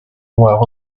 noires